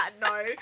no